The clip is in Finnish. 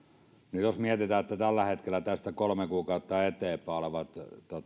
jos mietitään että tällä hetkellä tästä kolme kuukautta eteenpäin olevat